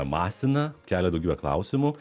masina kelia daugybę klausimų